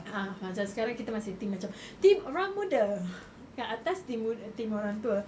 ah macam sekarang kita masih team macam team orang muda kat atas team orang tua